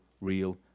real